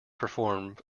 performed